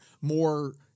more